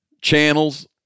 Channels